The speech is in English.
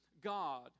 God